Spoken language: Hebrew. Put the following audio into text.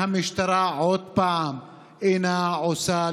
והמשטרה עוד פעם אינה עושה,